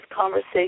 conversation